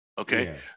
okay